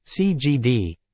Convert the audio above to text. CGD